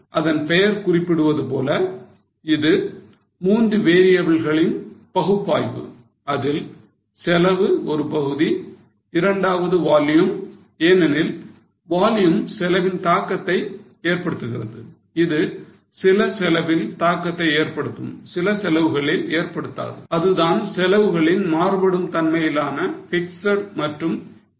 அதன் பெயர் குறிப்பிடுவதுபோல் இது 3 variables களின் பகுப்பாய்வு அதில் செலவு ஒரு பகுதி இரண்டாவது volume ஏனெனில் volume செலவில் தாக்கத்தை ஏற்படுத்துகிறது இது சில செலவில் தாக்கத்தை ஏற்படுத்தும் சில செலவுகளில் ஏற்படுத்தாது அதுதான் செலவுகளின் மாறுபடும் தன்மையிலான fixed மற்றும் variability cost